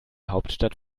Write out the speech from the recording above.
hauptstadt